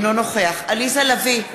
אינו נוכח עליזה לביא,